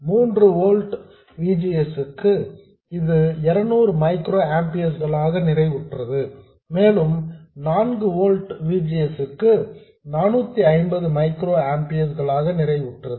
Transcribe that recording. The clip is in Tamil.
3 ஓல்ட்ஸ் V G S க்கு இது 200 மைக்ரோஆம்பியர்ஸ் களாக நிறைவுற்றது மற்றும் நான்கு ஓல்ட்ஸ் V G S க்கு 450 மைக்ரோஆம்பியர்ஸ் களாக நிறைவுற்றது